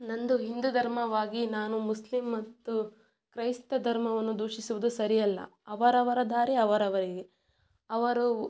ನನ್ನದು ಹಿಂದೂ ಧರ್ಮವಾಗಿ ನಾನು ಮುಸ್ಲಿಂ ಮತ್ತು ಕ್ರೈಸ್ತ ಧರ್ಮವನ್ನು ದೂಷಿಸುವುದು ಸರಿಯಲ್ಲ ಅವರವರ ದಾರಿ ಅವರವರಿಗೆ ಅವರು